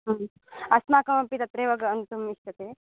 हा अस्माकमपि तत्रैव गन्तुम् इच्छ्यते